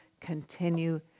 continue